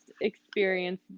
experience